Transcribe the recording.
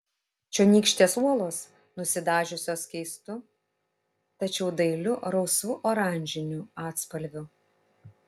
čionykštės uolos nusidažiusios keistu tačiau dailiu rausvu oranžiniu atspalviu